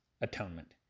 atonement